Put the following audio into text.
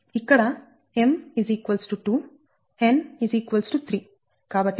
ఇక్కడ m 2 n 3